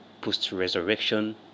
post-resurrection